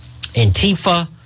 Antifa